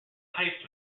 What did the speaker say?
heist